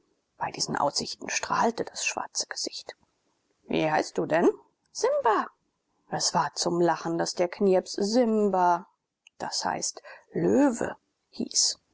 bei diesen aussichten strahlte das schwarze gesicht wie heißt du denn simba es war zum lachen daß der knirps simba d i löwe hieß